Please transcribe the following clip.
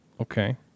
okay